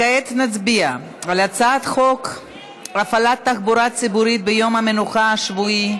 כעת נצביע על הצעת חוק הפעלת תחבורה ציבורית ביום המנוחה השבועי,